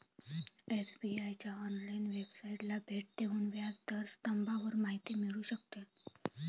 SBI च्या online वेबसाइटला भेट देऊन व्याज दर स्तंभावर माहिती मिळू शकते